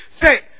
say